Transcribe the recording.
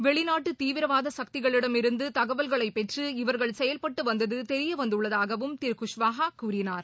வெளிநாட்டுதீவிரவாதசக்திகளிடம் இருந்துதகவல்களைபெற்று இவர்கள் செயல்பட்டுவந்ததுதெரியவந்துள்ளதாகவும் திரு குஷ்வாகாகூறினார்